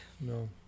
no